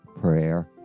prayer